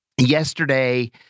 yesterday